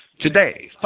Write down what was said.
Today